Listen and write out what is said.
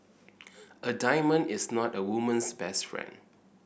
a diamond is not a woman's best friend